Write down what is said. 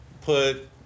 put